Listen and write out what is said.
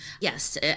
Yes